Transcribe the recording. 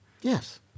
Yes